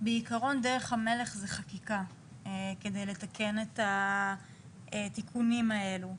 בעיקרון דרך המלך זה חקיקה כדי לתקן את התיקונים האלו,